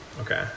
Okay